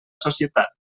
societat